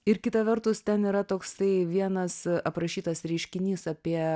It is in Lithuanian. ir kita vertus ten yra toksai vienas aprašytas reiškinys apie